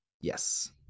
Yes